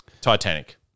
Titanic